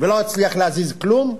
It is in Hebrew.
ולא הצליח להזיז כלום.